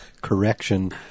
correction